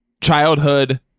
childhood